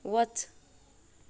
वच